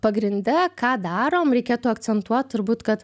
pagrinde ką darom reikėtų akcentuot turbūt kad